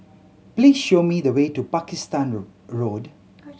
please show me the way to Pakistan Road